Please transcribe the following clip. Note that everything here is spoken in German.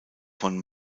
von